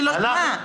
שמה?